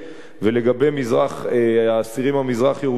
ולגבי האסירים המזרח-ירושלמים,